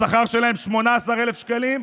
השכר שלהם 18,000 שקלים,